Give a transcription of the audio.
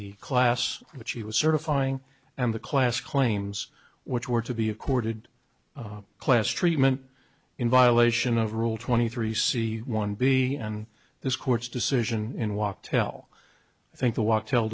the class which he was certifying and the class claims which were to be accorded class treatment in violation of rule twenty three c one b and this court's decision in walk tell i think the walk till